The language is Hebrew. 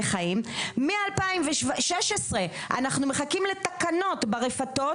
חיים ומ-2016 אנחנו מחכים לתקנות ברפתות.